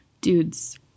dudes